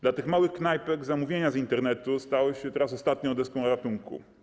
Dla tych małych knajpek zamówienia z Internetu stały się teraz ostatnią deską ratunku.